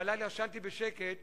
והלילה ישנתי בשקט,